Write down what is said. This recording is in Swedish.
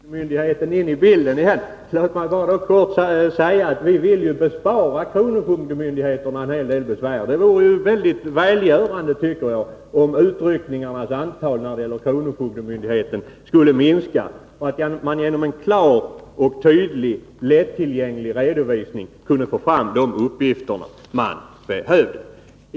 Herr talman! Nu kommer kronofogdemyndigheten in i bilden igen. Låt mig bara kort säga att vi vill bespara kronofogdemyndigheten en hel del besvär. Det vore välgörande om antalet utryckningar från kronofogdemyndigheten skulle minska och om man genom en klar, tydlig och lättillgänglig redovisning kunde få fram de uppgifter man behöver.